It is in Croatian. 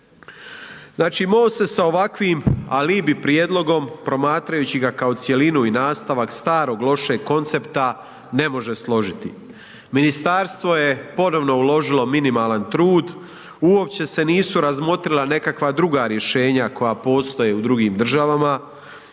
Znači MOST se sa ovakvim alibi prijedlogom promatrajući ga kao cjelinu i nastavak starog lošeg koncepta ne može složiti. Ministarstvo je ponovno uložilo minimalan trud, uopće se nisu razmotrila nekakva druga rješenja koja postoje u drugim državama,